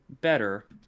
better